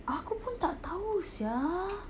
aku pun tak tahu sia